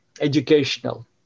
educational